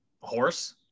horse